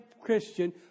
Christian